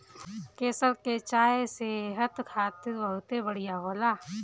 केसर के चाय सेहत खातिर बहुते बढ़िया होला